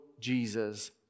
Jesus